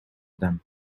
them